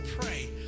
pray